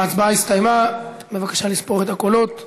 ההצבעה הסתיימה, בבקשה לספור את הקולות.